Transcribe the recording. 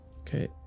Okay